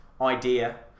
idea